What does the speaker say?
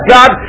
God